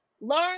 Learn